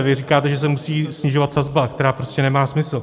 Vy říkáte, že se musí snižovat sazba, která prostě nemá smysl.